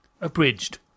abridged